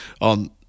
on